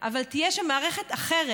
אבל תהיה שם מערכת אחרת,